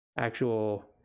actual